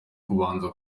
kubanza